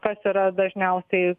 kas yra dažniausiai